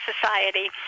Society